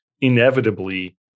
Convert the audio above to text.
inevitably